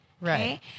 Right